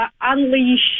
unleash